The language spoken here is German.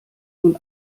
nun